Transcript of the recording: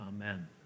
Amen